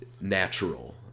natural